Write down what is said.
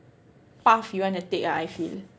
path you wanna take ah I feel